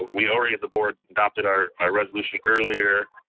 we already at the board adopted our ah resolution earlier,